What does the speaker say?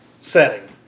setting